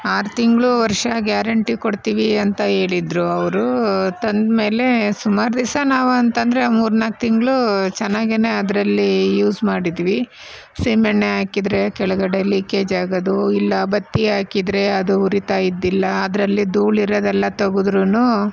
ಆರು ತಿಂಗಳು ವರ್ಷ ಗ್ಯಾರಂಟಿ ಕೊಡ್ತೀವಿ ಅಂತ ಹೇಳಿದ್ದರು ಅವರು ತಂದ ಮೇಲೆ ಸುಮಾರು ದಿವಸ ನಾವು ಅಂತಂದರೆ ಮೂರು ನಾಲ್ಕು ತಿಂಗಳು ಚೆನ್ನಾಗೇನೆ ಅದರಲ್ಲಿ ಯೂಸ್ ಮಾಡಿದ್ವಿ ಸೀಮೆಎಣ್ಣೆ ಹಾಕಿದರೆ ಕೆಳಗಡೆ ಲೀಕೇಜ್ ಆಗೋದು ಇಲ್ಲ ಬತ್ತಿ ಹಾಕಿದರೆ ಅದು ಉರೀತಾ ಇದ್ದಿಲ್ಲ ಅದರಲ್ಲಿ ಧೂಳು ಇರೋದೆಲ್ಲ ತೆಗೆದ್ರೂನು